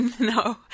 No